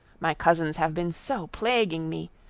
my cousins have been so plaguing me!